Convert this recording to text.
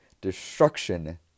destruction